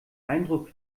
eindruck